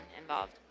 involved